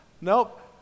nope